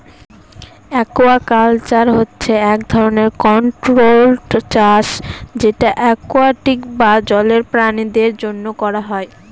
aquaculture হচ্ছে এক ধরনের কন্ট্রোল্ড চাষ যেটা একুয়াটিক বা জলের প্রাণীদের জন্য করা হয়